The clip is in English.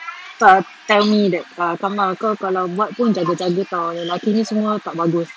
te~ tell me that uh takpe kau kalau buat pun jaga-jaga [tau] lelaki ni semua tak bagus